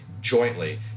jointly